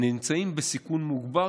נמצאים בסיכון מוגבר,